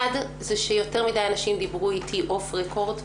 אחד, יותר מדי אנשים דיברו איתי אוף-רקורד.